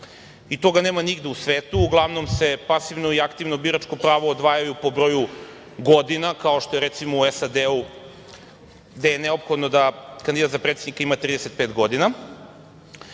Toga nema nigde u svetu, uglavnom se pasivno i aktivno biračko pravo odvajaju po broju godina, kao što je, recimo, u SAD, gde je neophodno da kandidat za predsednika ima 35 godina. Problem